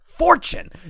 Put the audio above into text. fortune